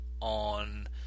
on